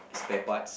spare parts